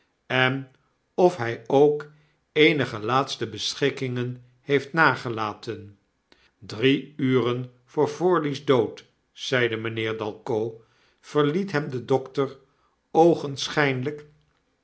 en of hij ook eenige laatste beschikkingen heeft nagelaten drie uren voor forley's dood zeide mynheer dalcott verliet hem de dokter